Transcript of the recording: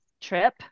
trip